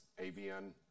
AVN